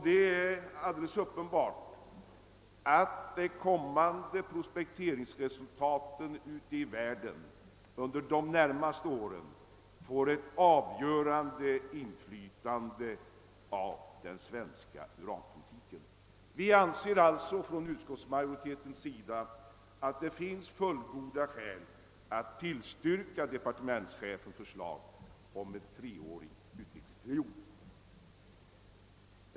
Det är uppenbart att prospekteringsresultaten ute i världen under de närmaste åren får ett avgörande inflytande på den svenska uranpolitiken. Vi anser därför inom utskottsmajoriteten att det finns fullgoda skäl att tillstyrka departementschefens förslag om en treårig utvecklingsperiod.